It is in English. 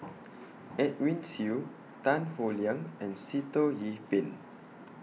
Edwin Siew Tan Howe Liang and Sitoh Yih Pin